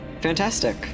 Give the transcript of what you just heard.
Fantastic